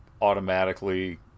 automatically